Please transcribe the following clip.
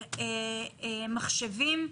מחשבים,